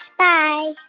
bye